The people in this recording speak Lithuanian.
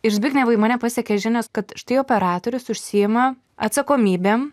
ir zbignevai mane pasiekė žinios kad štai operatorius užsiima atsakomybėm